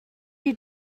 you